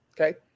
Okay